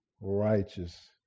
righteous